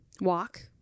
walk